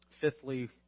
Fifthly